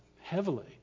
heavily